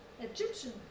Egyptian